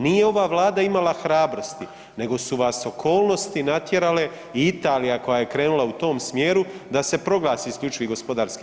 Nije ova vlada imala hrabrosti nego su vas okolnosti natjerale i Italija koja je krenula u tom smjeru da se proglasi IGP.